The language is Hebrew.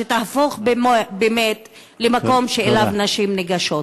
שתהפוך באמת למקום שאליו נשים ניגשות.